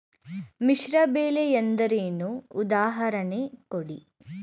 ಮಿಶ್ರ ಬೆಳೆ ಎಂದರೇನು, ಉದಾಹರಣೆ ಕೊಡಿ?